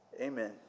Amen